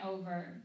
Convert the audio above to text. over